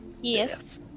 Yes